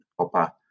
copper